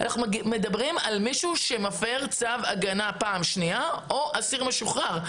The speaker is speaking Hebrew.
אנחנו מדברים על מישהו שמפר צו הגנה פעם שנייה או אסיר משוחרר.